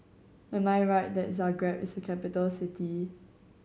am I right that Zagreb is a capital city